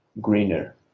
greener